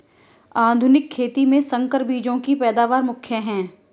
आधुनिक खेती में संकर बीजों की पैदावार मुख्य हैं